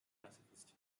pacifist